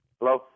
Hello